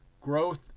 Growth